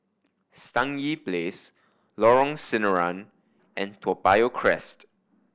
Stangee Place Lorong Sinaran and Toa Payoh Crest